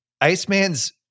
Iceman's